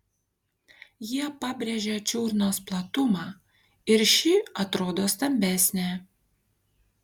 jie pabrėžia čiurnos platumą ir ši atrodo stambesnė